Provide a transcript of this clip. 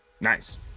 Nice